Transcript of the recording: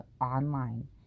online